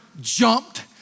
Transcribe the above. jumped